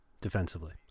defensively